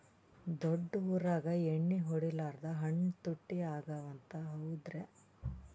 ದೊಡ್ಡ ಊರಾಗ ಎಣ್ಣಿ ಹೊಡಿಲಾರ್ದ ಹಣ್ಣು ತುಟ್ಟಿ ಅಗವ ಅಂತ, ಹೌದ್ರ್ಯಾ?